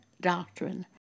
doctrine